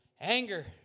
Anger